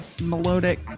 melodic